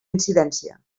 incidència